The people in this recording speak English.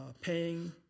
paying